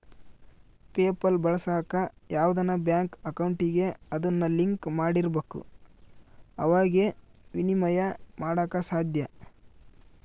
PayPal ಬಳಸಾಕ ಯಾವ್ದನ bank ಅಕೌಂಟಿಗೆ ಅದುನ್ನ ಲಿಂಕ್ ಮಾಡಿರ್ಬಕು ಅವಾಗೆ ಃನ ವಿನಿಮಯ ಮಾಡಾಕ ಸಾದ್ಯ